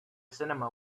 cinema